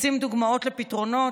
רוצים דוגמאות לפתרונות?